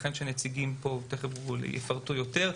ייתכן שנציגים פה יפרטו יותר.